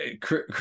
Chris